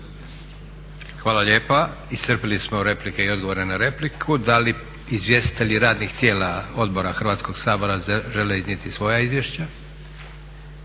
Hvala lijepa. Iscrpili smo replike i odgovore na repliku. Da li izvjestitelji radnih tijela odbora Hrvatskog sabora žele iznijeti svoja izvješća?